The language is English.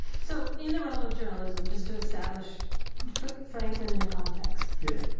so in the realm of journalism, just to establish franklin in a context. yeah.